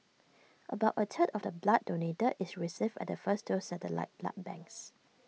about A third of the blood donated is received at the first two satellite blood banks